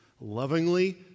lovingly